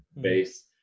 base